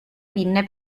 pinne